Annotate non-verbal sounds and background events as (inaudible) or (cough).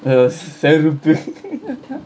செருப்பு:seruppu (laughs)